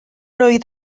oedd